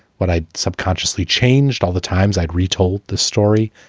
what i subconsciously changed all the times i'd retold the story,